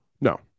No